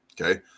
okay